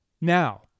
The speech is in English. Now